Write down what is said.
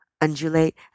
undulate